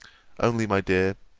only, my dear,